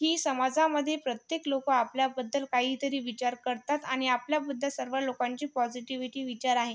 की समाजामध्ये प्रत्येक लोकं आपल्याबद्दल काहीतरी विचार करतात आणि आपल्याबद्दल सर्व लोकांची पॉझिटिविटी विचार आहे